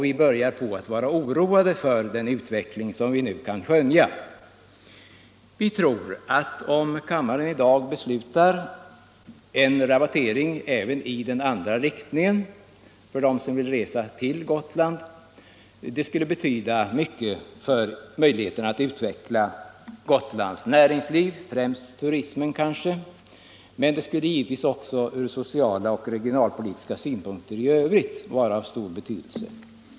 Vi börjar känna oro för den utveckling som nu kan skönjas. Vi tror att om kammaren i dag beslutar en rabattering även i den andra riktningen — alltså för den som vill flyga från fastlandet till Gotland — skulle det betyda mycket för möjligheten att utveckla Gotlands näringsliv och främst kanske turismen, men det skulle givetvis också från sociala och regionalpoltiska synpunkter i övrigt vara av stor betydelse.